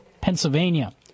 Pennsylvania